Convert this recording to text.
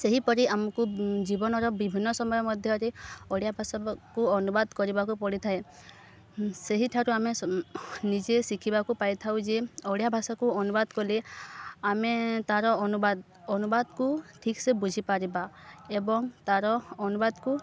ସେହିପରି ଆମକୁ ଜୀବନର ବିଭିନ୍ନ ସମୟ ମଧ୍ୟରେ ଓଡ଼ିଆ ଭାଷାକୁ ଅନୁବାଦ କରିବାକୁ ପଡ଼ିଥାଏ ସେହିଠାରୁ ଆମେ ନିଜେ ଶିଖିବାକୁ ପାଇଥାଉ ଯେ ଓଡ଼ିଆ ଭାଷାକୁ ଅନୁବାଦ କଲେ ଆମେ ତାର ଅନୁବାଦ ଅନୁବାଦକୁ ଠିକ୍ସେ ବୁଝିପାରିବା ଏବଂ ତାର ଅନୁବାଦକୁ